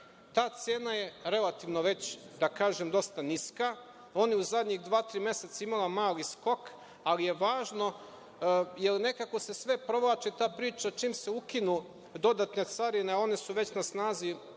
Ta cena je relativno već, da kažem, dosta niska. Ona u zadnja dva, tri meseca imala mali skok, ali je važno, jer nekako se sve provlači ta priča, čim se ukinu dodatne carine, a one su već na snazi,